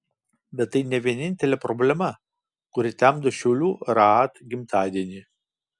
bet tai ne vienintelė problema kuri temdo šiaulių raad gimtadienį